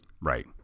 right